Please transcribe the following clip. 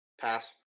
Pass